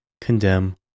condemn